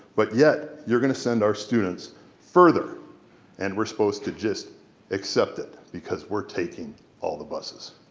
but yet you're gonna send our students further and we're supposed to just accept it because we're taking all the buses.